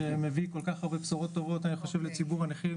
הוא מביא כל כך הרבה בשורות טובות לציבור הנכים.